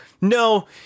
no